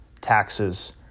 taxes